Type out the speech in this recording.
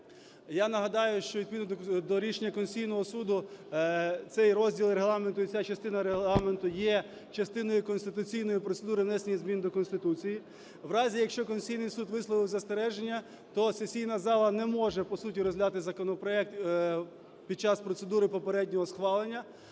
я нагадаю, що, відповідно до рішення Конституційного Суду, цей розділ Регламенту і ця частина Регламенту є частиною конституційної процедури внесення змін до Конституції. В разі, якщо Конституційний Суд висловив застереження, то сесійна зала не може по суті розглядати законопроект під час процедури попереднього схвалення,